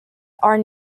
are